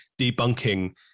debunking